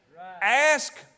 Ask